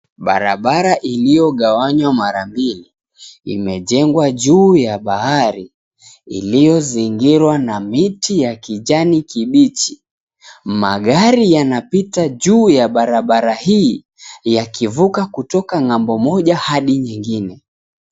Barabara iliyogawanywa mara mbili, imejengwa juu ya bahari, iliyozingirwa na miti ya kijani kibichi. Magari yanapita juu ya barabara hii, yakivuka kutoka ng'ambo moja hadi nyingine.